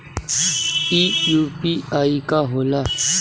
ई यू.पी.आई का होला?